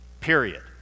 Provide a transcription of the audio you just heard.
period